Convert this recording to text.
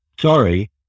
sorry